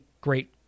great